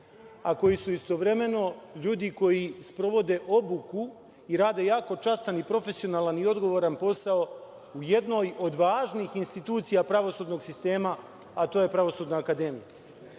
a koji su istovremeno ljudi koji sprovode obuku i rade jako častan i profesionalan i odgovoran posao u jednoj od važnih institucija pravosudnog sistema, a to je Pravosudna akademija. Vređati